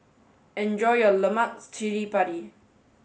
enjoy your Lemak Cili Padi